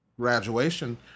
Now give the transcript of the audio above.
graduation